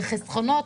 בחסכונות,